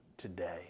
today